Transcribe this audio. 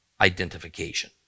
identification